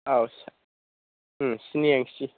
औ स्नि इन्सि